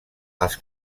els